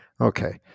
Okay